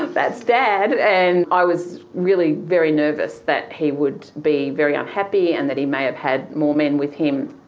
that's dad. and i was really very nervous that he would be very unhappy and that he may have had more men with him.